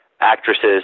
actresses